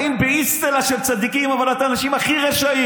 באים באצטלה של צדיקים, אבל אתם האנשים הכי רשעים,